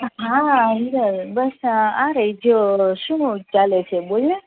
હા અંદર બસ આ રઈ જો શું ચાલે છે બોલને